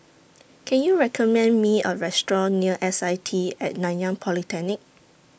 Can YOU recommend Me A Restaurant near S I T At Nanyang Polytechnic